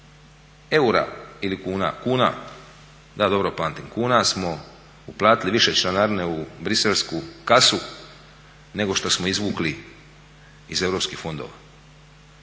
eura ili kuna, kuna, da dobro pamtim kuna smo uplatili više članarine u briselsku kasu nego što smo izvukli iz europskih fondova.